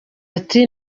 ati